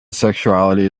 sexuality